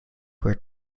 were